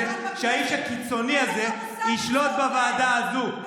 שהאיש הקיצוני הזה ישלוט בוועדה הזאת.